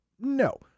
No